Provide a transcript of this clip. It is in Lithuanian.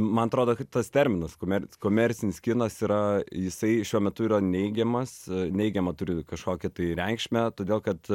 m man atrodo kad tas terminas komerc komercinis kinas yra jisai šiuo metu yra neigiamas neigiamą turi kažkokią tai reikšmę todėl kad